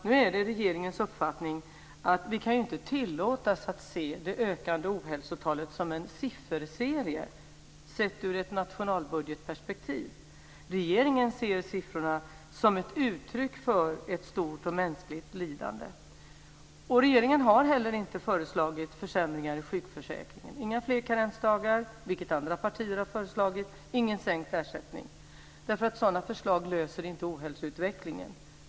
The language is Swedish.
Nu är det regeringens uppfattning att vi inte kan tillåta oss att se det ökande ohälsotalet som en sifferserie, sett ur ett nationalbudgetperspektiv. Regeringen ser siffrorna som ett uttryck för ett stort mänskligt lidande. Regeringen har inte heller föreslagit försämringar i sjukförsäkringen - inga fler karensdagar, vilket andra partier har föreslagit, ingen sänkt ersättning. Sådana förslag löser inte ohälsoutvecklingen.